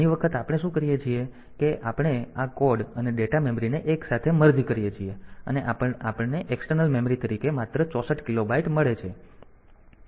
ઘણી વખત આપણે શું કરીએ છીએ કે આપણે આ કોડ અને ડેટા મેમરીને એકસાથે મર્જ કરીએ છીએ અને આપણને એક્સટર્નલ મેમરી તરીકે માત્ર 64 કિલોબાઈટ મળે છે